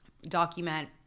document